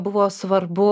buvo svarbu